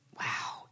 Wow